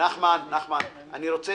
התשע"ח-2018, אני רוצה,